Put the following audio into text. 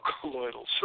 colloidal